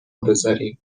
بزارین